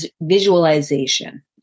visualization